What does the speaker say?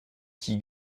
qui